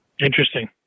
Interesting